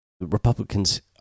Republicans